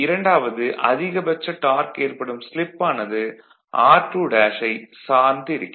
இராண்டாவது அதிகபட்ச டார்க் ஏற்படும் ஸ்லிப்பானது r2 ஐச் சார்ந்து இருக்கும்